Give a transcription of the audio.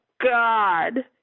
god